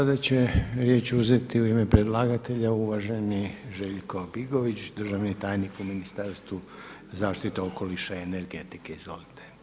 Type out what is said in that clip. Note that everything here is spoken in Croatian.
Sada će riječ uzeti u ime predlagatelja uvaženi Željko Bigović, državni tajnik u Ministarstvu zaštite okoliša i energetike, izvolite.